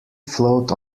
float